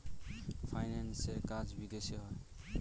ফাইন্যান্সের কাজ বিদেশে হয়